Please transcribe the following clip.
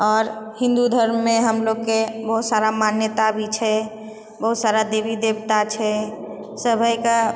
आओर हिन्दू धर्ममे हमलोगके बहुत सारा मान्यता भी छै बहुत सारा देवी देवता छै सभै के